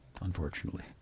Unfortunately